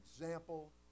example